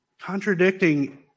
Contradicting